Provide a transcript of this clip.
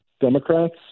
Democrats